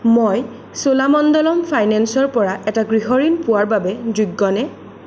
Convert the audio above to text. মই চোলামণ্ডলম ফাইনেন্সৰ পৰা এটা গৃহ ঋণ পোৱাৰ বাবে যোগ্যনে